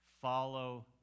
follow